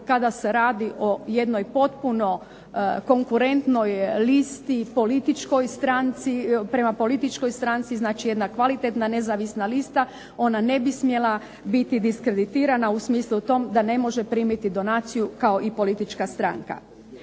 kada se radi o jednoj potpuno konkurentnoj listi, prema političkoj stranci znači jedna kvalitetna nezavisna lista ona ne bi smjela biti diskreditirana u smislu tom da ne može primiti donaciju kao i politička stranka.